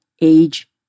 Age